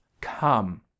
come